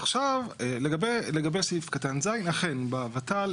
עכשיו אנחנו רואים שבעצם התיק הזה הוא גבינה שוויצרית חלולה,